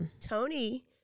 Tony